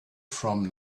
from